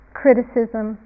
criticism